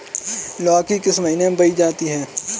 लौकी किस महीने में बोई जाती है?